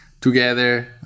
together